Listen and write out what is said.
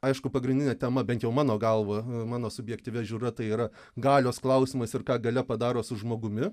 aišku pagrindinė tema bent jau mano galva mano subjektyvia žiūra tai yra galios klausimas ir ką galia padaro su žmogumi